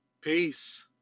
Peace